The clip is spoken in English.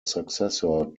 successor